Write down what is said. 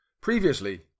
Previously